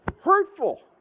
Hurtful